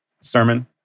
sermon